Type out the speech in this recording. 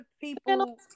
people